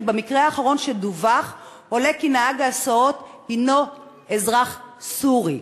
כי מהמקרה האחרון שדווח עולה כי נהג ההסעות הוא אזרח סורי.